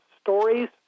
stories